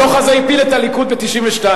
הדוח הזה הפיל את הליכוד ב-1992.